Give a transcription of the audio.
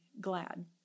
glad